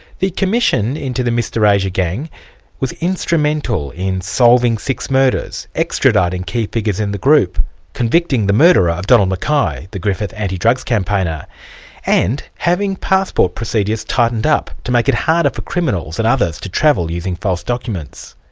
the commission into the mr asia gang was instrumental in solving six murders extraditing key figures in the group convicting the murderer of donald mackay, the griffith anti-drugs campaigners and having passport procedures tightened up, to make it harder for criminals and others to travel using false documents.